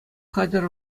хатӗр